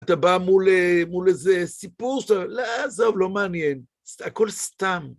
אתה בא מול איזה סיפור, לא עזוב, לא מעניין, הכל סתם.